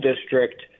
district